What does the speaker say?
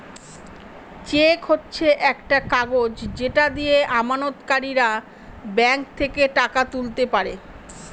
check হচ্ছে একটা কাগজ যেটা দিয়ে আমানতকারীরা ব্যাঙ্ক থেকে টাকা তুলতে পারে